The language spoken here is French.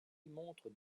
montre